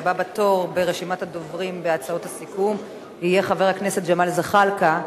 והבא בתור ברשימת הדוברים בהצעות הסיכום יהיה חבר הכנסת ג'מאל זחאלקה,